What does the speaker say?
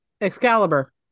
Excalibur